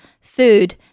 food